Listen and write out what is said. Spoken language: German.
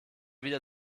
wieder